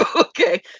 Okay